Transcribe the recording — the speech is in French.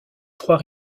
trois